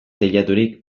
teilaturik